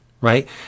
right